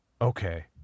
okay